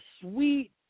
sweet